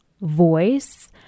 voice